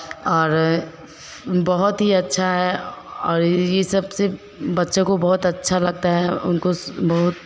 और बहुत ही अच्छा और ई सबसे बच्चे को बहुत अच्छा लगता है उनको बहुत